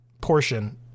portion